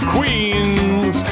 Queens